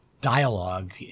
dialogue